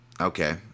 Okay